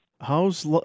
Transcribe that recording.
how's